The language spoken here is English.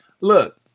Look